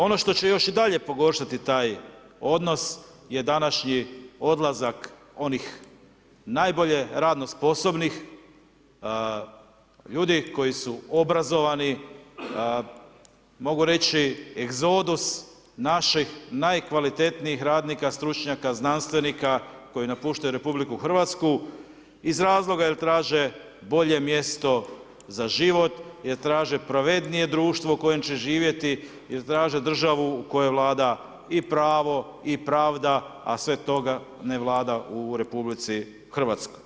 Ono što će i dalje pogoršati taj odnos je današnji odlazak onih najbolje radno sposobnih ljudi koji su obrazovani, mogu reći egzodus naših najkvalitetnijih radnika, stručnjaka, znanstvenika koji napuštaju RH iz razloga jel traže bolje mjesto za život, jel traže pravednije društvo u kojem će živjeti, jel traže državu u kojoj vlada i pravo i pravda, a svega toga ne vlada u RH.